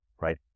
right